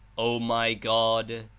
o my god,